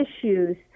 issues